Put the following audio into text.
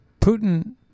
Putin